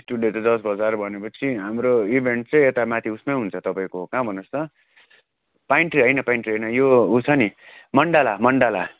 studio चाहिँ जर्ज बजार भनेपछि हाम्रो इभेन्ट चाहिँ यता माथि उयसमै हुन्छ तपाईँको कहाँ भन्नुहोस् त पाइन ट्री होइन पाइन ट्री होइन यो ऊ छ नि मण्डला मण्डला